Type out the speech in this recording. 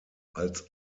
als